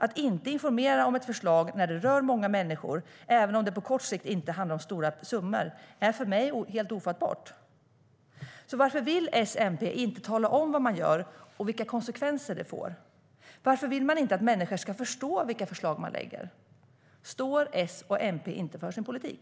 Att inte informera om ett förslag när det rör många människor, även om det på kort sikt inte handlar om stora summor, är för mig helt ofattbart. Varför vill S och MP inte tala om vad de gör och vilka konsekvenser det får? Varför vill de inte att människor ska förstå vilka förslag de lägger fram? Står S och MP inte för sin politik?